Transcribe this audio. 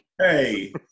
Hey